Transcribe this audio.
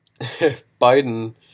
Biden